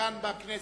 גם בכנסת.